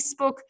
Facebook